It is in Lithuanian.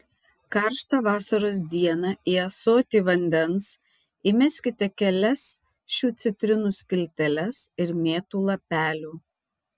karštą vasaros dieną į ąsotį vandens įmeskite kelias šių citrinų skilteles ir mėtų lapelių